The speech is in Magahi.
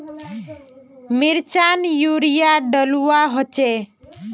मिर्चान यूरिया डलुआ होचे?